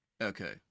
Okay